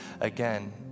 again